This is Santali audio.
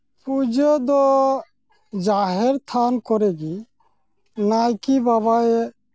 ᱯᱩᱡᱟᱹ ᱫᱚ ᱡᱟᱦᱮᱨ ᱛᱷᱟᱱ ᱠᱚᱨᱮ ᱜᱤ ᱱᱟᱭᱠᱮ ᱵᱟᱵᱟᱭᱮ